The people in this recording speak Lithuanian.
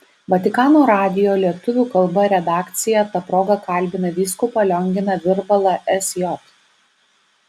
vatikano radijo lietuvių kalba redakcija ta proga kalbina vyskupą lionginą virbalą sj